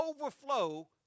overflow